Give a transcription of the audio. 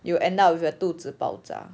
you end up with your 肚子爆炸